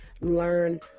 learn